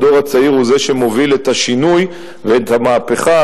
הדור הצעיר הוא זה שמוביל את השינוי ואת המהפכה.